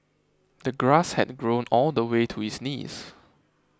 the grass had grown all the way to his knees